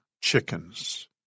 chickens